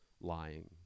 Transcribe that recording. lying